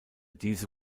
diese